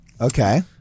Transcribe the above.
Okay